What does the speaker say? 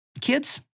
Kids